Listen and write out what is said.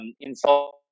insult